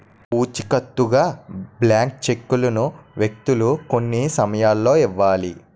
పూచికత్తుగా బ్లాంక్ చెక్కులను వ్యక్తులు కొన్ని సమయాల్లో ఇవ్వాలి